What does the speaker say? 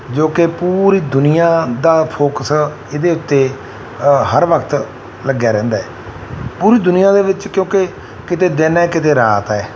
ਜੋ ਕਿ ਪੂਰੀ ਦੁਨੀਆ ਦਾ ਫੋਕਸ ਇਹਦੇ ਉੱਤੇ ਹਰ ਵਕਤ ਲੱਗਿਆ ਰਹਿੰਦਾ ਹੈ ਪੂਰੀ ਦੁਨੀਆਂ ਦੇ ਵਿੱਚ ਕਿਉਂਕਿ ਕਿਤੇ ਦਿਨ ਹੈ ਕਿਤੇ ਰਾਤ ਹੈ